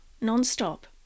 non-stop